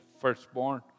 firstborn